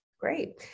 Great